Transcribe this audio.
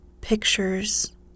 pictures